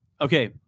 Okay